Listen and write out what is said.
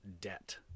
debt